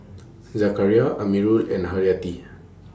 Zakaria Amirul and Haryati